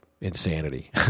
insanity